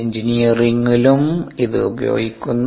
എഞ്ചിനീയറിംഗിലും ഇത് ഉപയോഗിക്കുന്നു